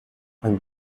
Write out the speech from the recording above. einem